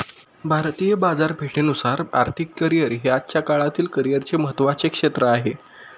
भारतीय बाजारपेठेनुसार आर्थिक करिअर हे आजच्या काळातील करिअरचे महत्त्वाचे क्षेत्र आहे